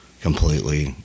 completely